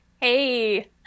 Hey